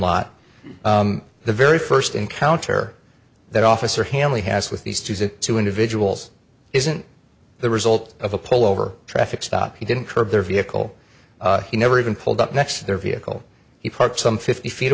lot the very first encounter that officer hanley has with these two two individuals isn't the result of a pullover traffic stop he didn't curb their vehicle he never even pulled up next to their vehicle he parked some fifty feet